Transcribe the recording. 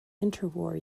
interwar